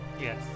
Yes